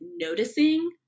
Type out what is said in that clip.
noticing